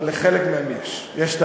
לחלק מהם יש.